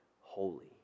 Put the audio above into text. holy